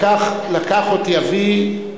לקח אותי אבי,